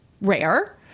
rare